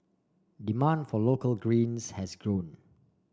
demand for local greens has grown